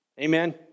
Amen